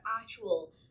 actual